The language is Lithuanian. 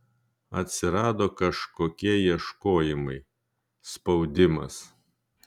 atsirado kažkokie ieškojimai spaudimas